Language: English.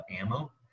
ammo